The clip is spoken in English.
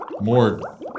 more